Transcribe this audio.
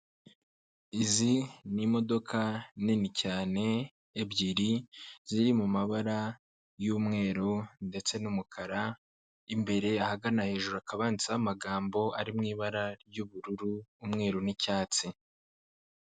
Izi ni imodoka nini cyane ebyiri ziri mu mabara y'umweru ndetse n'umukara, imbere ahagana hejuru hakaba handitseho amagambo ari mu ibara ry'ubururu, umweru n'icyatsi.